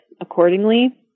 accordingly